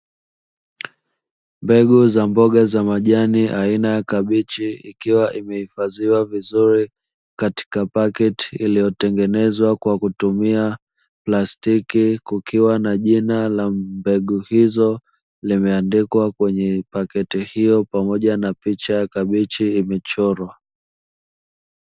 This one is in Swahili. Mbegu za mboga za majani aina ya kabichi ikiwa imehifadhiwa vizuri katika paketi iliyotengenezwa kwa kutumia plastiki, kukiwa na jina la mbegu hizo limeandikwa kwa pakiti hiyo pamoja na picha ya kabichi imechorwa.